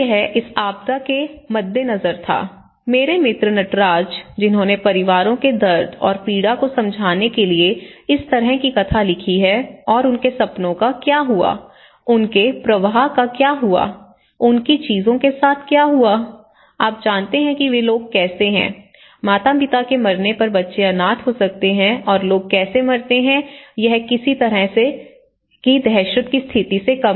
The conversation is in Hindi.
तो यह इस आपदा के मद्देनजर था मेरे मित्र नटराज जिन्होंने परिवारों के दर्द और पीड़ा को समझाने के लिए इस तरह की कथा लिखी है और उनके सपनों का क्या हुआ उनके प्रवाह का क्या हुआ उनकी चीजों के साथ क्या हुआ आप जानते हैं कि वे लोग कैसे हैं माता पिता के मरने पर बच्चे अनाथ हो सकते हैं और लोग कैसे मरते हैं यह किस तरह की दहशत की स्थिति थी